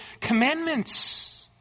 commandments